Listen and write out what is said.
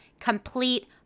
complete